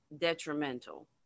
detrimental